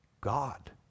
God